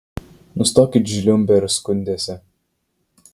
nustokit žliumbę ir skundęsi